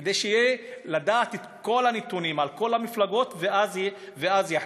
כדי שידע את כל הנתונים על כל המפלגות ואז יחליט.